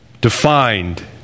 defined